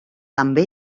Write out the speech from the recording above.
també